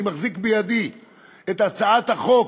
אני מחזיק בידי את הצעת החוק,